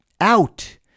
out